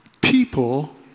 people